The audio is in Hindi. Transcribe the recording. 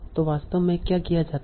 तो वास्तव में क्या किया जाता है